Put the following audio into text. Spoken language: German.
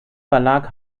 verlag